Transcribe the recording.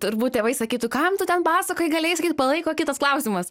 turbūt tėvai sakytų kam tu ten pasakojai galėjai sakyt palaiko kitas klausimas